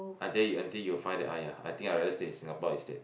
until until you find that !aiya! I think I rather stay in Singapore instead